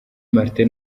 martin